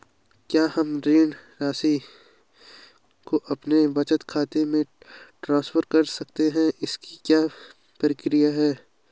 क्या हम ऋण राशि को अपने बचत खाते में ट्रांसफर कर सकते हैं इसकी क्या प्रक्रिया है?